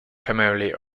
primarily